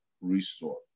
restore